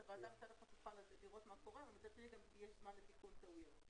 שהוועדה מצד אחד תוכל לראות מה קורה ומצד שני יש זמן גם לתיקון טעויות.